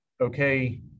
okay